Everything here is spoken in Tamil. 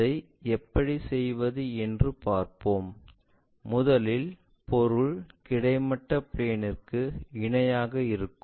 அதை எப்படி செய்வது என்று பார்ப்போம் முதலில் பொருள் கிடைமட்ட பிளேன் க்கு இணையாக இருக்கும்